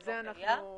על זה אנחנו דנים.